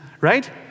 right